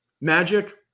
Magic